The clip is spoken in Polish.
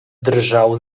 drżał